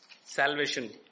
Salvation